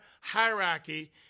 hierarchy